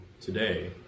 today